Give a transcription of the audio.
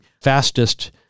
fastest